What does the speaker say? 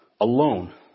alone